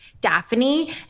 Daphne